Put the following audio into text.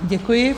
Děkuji.